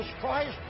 Christ